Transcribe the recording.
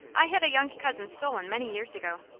i had a young cousin stolen many years ago.